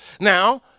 Now